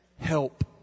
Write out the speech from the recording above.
Help